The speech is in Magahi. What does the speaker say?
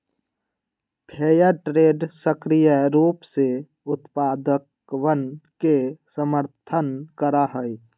फेयर ट्रेड सक्रिय रूप से उत्पादकवन के समर्थन करा हई